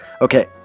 Okay